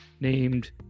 named